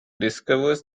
discovers